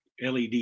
LED